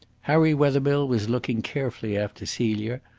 harry wethermill was looking carefully after celia,